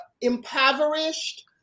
impoverished